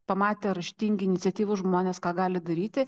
pamatė raštingi iniciatyvūs žmonės ką gali daryti